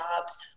jobs